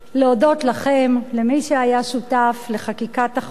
להודות לכם, למי שהיה שותף לחקיקת החוק,